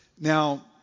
Now